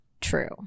true